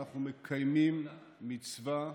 אנחנו מקיימים מצווה,